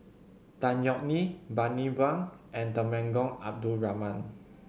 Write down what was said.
Tan Yeok Nee Bani Buang and Temenggong Abdul Rahman